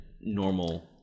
normal